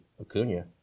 Acuna